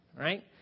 right